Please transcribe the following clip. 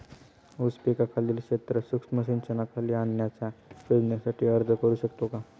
ऊस पिकाखालील क्षेत्र सूक्ष्म सिंचनाखाली आणण्याच्या योजनेसाठी अर्ज करू शकतो का?